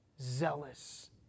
zealous